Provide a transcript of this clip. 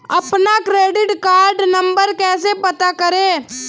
अपना credit card number कैसे पता करें?